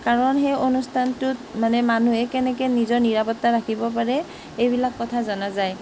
কাৰণ সেই অনুষ্ঠানটোত মানে মানুহে কেনেকৈ নিজৰ নিৰাপত্তা ৰাখিব পাৰে এইবিলাক কথা জনা যায়